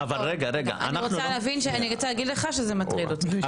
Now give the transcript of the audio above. אני רוצה להגיד לך שזה מטריד אותי.